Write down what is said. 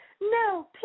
no